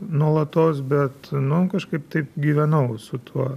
nuolatos bet nu kažkaip taip gyvenau su tuo